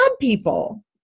people